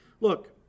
Look